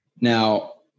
Now